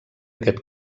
aquest